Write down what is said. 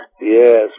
Yes